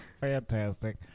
fantastic